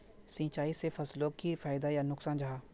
सिंचाई से फसलोक की फायदा या नुकसान जाहा?